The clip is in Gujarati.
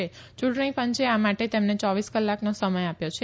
યુંટણી પંચે આ માટે તેમને ચોવીસ કલાકનો સમય આપ્યો છે